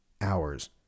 hours